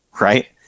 right